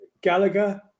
Gallagher